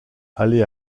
allez